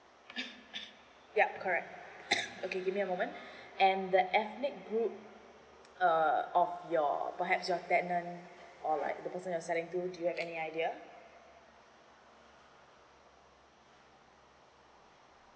yup correct okay give me a moment and the ethnic group uh of your perhaps your tenant or like the person you're selling to do you have any idea